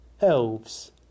elves